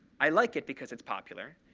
i like it, because it's popular.